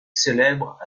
célèbres